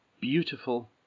beautiful